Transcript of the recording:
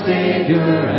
Savior